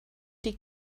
die